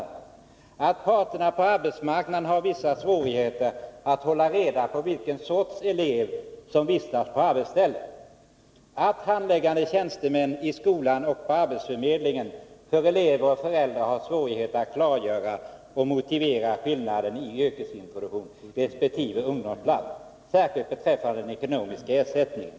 Vidare sägs att parterna på arbetsmarknaden har vissa svårigheter 'att hålla reda på vilken sorts elev som vistas på arbetsstället, att handläggande tjänstemän i skolan och på arbetsförmedlingen har svårigheter att för elever och föräldrar klargöra och motivera skillnaden mellan yrkesintroduktion och ungdomsplats, särskilt beträffande den ekonomiska ersättningen.